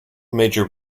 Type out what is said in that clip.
major